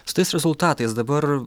su tais rezultatais dabar